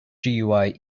gui